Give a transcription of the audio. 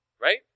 Right